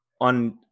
on